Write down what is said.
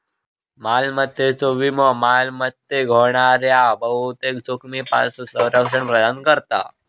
मालमत्तेचो विमो मालमत्तेक होणाऱ्या बहुतेक जोखमींपासून संरक्षण प्रदान करता